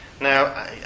Now